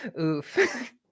Oof